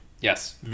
Yes